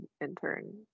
intern